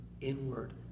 inward